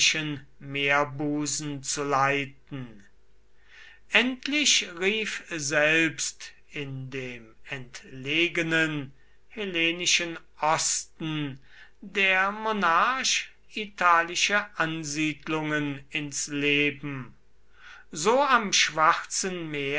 meerbusen zu leiten endlich rief selbst in dem entlegenen hellenischen osten der monarch italische ansiedlungen ins leben so am schwarzen meer